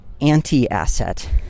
anti-asset